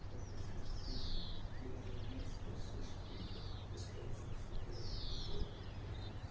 اَگر تُہۍ صُبحَس فِرٛی چھُو تیٚلہِ ؤنِو مےٚ صُبحَس چھِ أسۍ فِرٛی تہٕ أسۍ کَرو صُبسٕے خٲطرٕ تیٚلہِ یہِ ٹٕرٛپ پٕلان